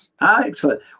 Excellent